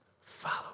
follow